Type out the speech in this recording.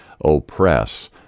oppress